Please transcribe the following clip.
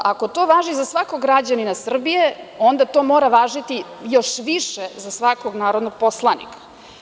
Ako to važi za svakog građanina Srbije, onda to mora važiti još više za svakog narodnog poslanika.